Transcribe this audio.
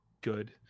good